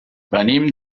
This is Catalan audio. venim